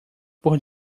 por